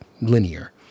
linear